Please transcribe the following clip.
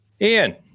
Ian